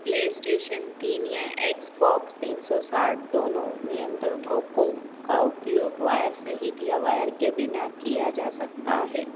PlayStation तीन या Xbox तीन सौ साठ दोनों नियन्त्रकों को का उपयोग वायर सहित या वायर के बिना किया जा सकता है